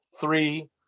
Three